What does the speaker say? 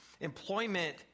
Employment